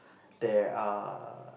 there are